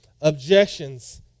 objections